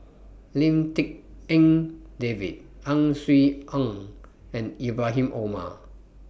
Lim Tik En David Ang Swee Aun and Ibrahim Omar